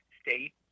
state